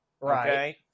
Right